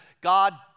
God